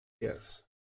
Yes